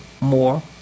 More